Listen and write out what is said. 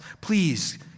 Please